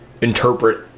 interpret